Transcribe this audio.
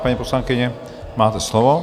Paní poslankyně, máte slovo.